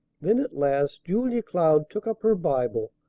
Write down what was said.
then at last julia cloud took up her bible,